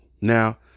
now